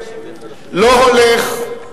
לא הולך,